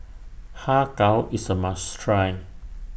Har Kow IS A must Try